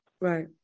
right